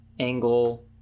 Angle